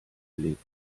gelegt